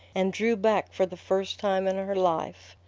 and drew back for the first time in her life.